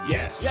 Yes